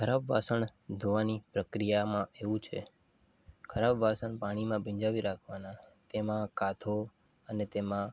ખરાબ વાસણ ધોવાની પ્રક્રિયામાં એવું છે ખરાબ વાસણ પાણીમાં ભીંજાવી રાખવાનાં તેમાં કાથો અને તેમાં